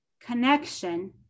connection